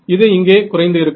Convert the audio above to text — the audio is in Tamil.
இது இங்கே குறைந்து இருக்கும்